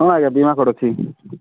ହଁ ଆଜ୍ଞା ବୀମା କାର୍ଡ୍ ଅଛି